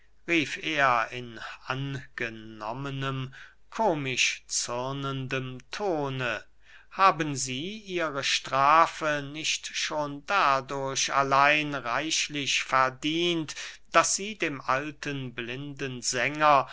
in angenommenem komischzürnendem tone haben sie ihre strafe nicht schon dadurch allein reichlich verdient daß sie dem alten blinden sänger